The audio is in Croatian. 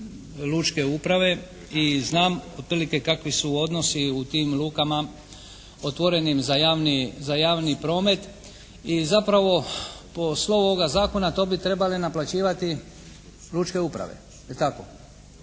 lučke uprave i znam otprilike kakvi su odnosi u tim lukama otvorenim za javni promet i zapravo po slovu ovoga zakona to bi trebale naplaćivati lučke uprave, je li tako.